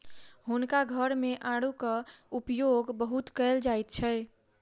हुनका घर मे आड़ूक उपयोग बहुत कयल जाइत अछि